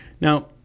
Now